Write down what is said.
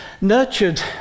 nurtured